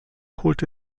holte